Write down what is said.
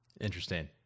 Interesting